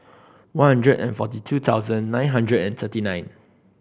one hundred and forty two thousand nine hundred and thirty nine